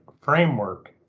framework